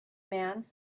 man